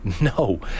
No